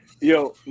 yo